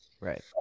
Right